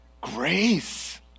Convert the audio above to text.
Grace